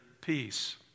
peace